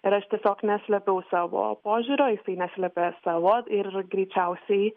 ir aš tiesiog neslėpiau savo požiūrio jisai neslėpė savo ir žo greičiausiai